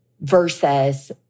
versus